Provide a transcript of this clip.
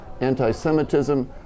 anti-Semitism